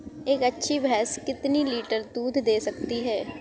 एक अच्छी भैंस कितनी लीटर दूध दे सकती है?